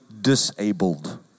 disabled